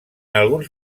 alguns